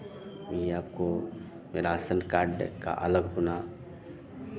ये आपको ration card का अलग होना